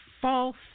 false